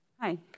Hi